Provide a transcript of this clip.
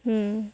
ᱦᱮᱸ